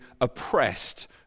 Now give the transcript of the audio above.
oppressed